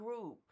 group